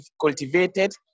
cultivated